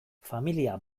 familia